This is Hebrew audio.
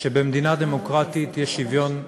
שבמדינה דמוקרטית יש שוויון,